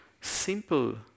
simple